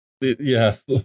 Yes